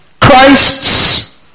Christ's